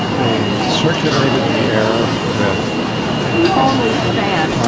they circulated the air with fans palm leaf fans